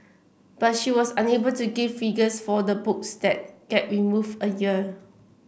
but she was unable to give figures for the books that get removed a year